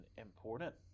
important